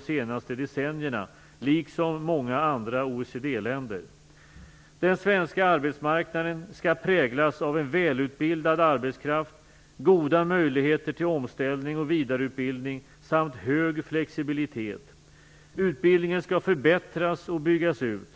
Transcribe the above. senaste decennierna kännetecknat Sverige liksom många andra OECD-länder. Den svenska arbetsmarknaden skall präglas av en välutbildad arbetskraft, goda möjligheter till omställning och vidareutbildning samt hög flexibilitet. Utbildningen skall förbättras och byggas ut.